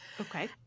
Okay